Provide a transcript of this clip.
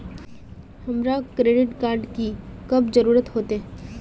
हमरा credit card की कब जरूरत होते?